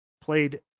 played